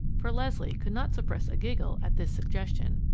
for leslie could not repress a giggle at this suggestion.